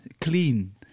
clean